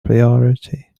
priority